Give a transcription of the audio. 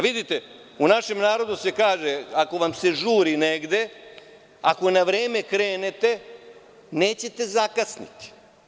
Vidite, u našem narodu se kaže ako vam se žuri negde, ako na vreme krenete nećete zakasniti.